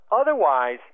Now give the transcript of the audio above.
otherwise